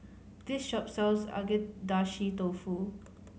this shop sells Agedashi Dofu